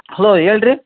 hello ಹೇಳ್ ರೀ